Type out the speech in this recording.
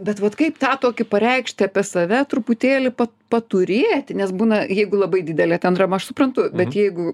bet vat kaip tą tokį pareikšti apie save truputėlį paturėti nes būna jeigu labai didelė ten drama aš suprantu bet jeigu